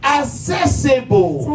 accessible